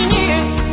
years